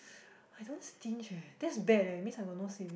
I don't stinge eh this is bad eh means I got no saving